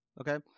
Okay